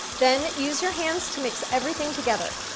then, use your hands to mix everything together.